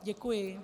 Děkuji.